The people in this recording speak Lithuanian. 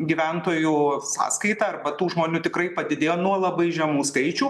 gyventojų sąskaita arba tų žmonių tikrai padidėjo nuo labai žemų skaičių